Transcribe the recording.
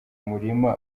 murima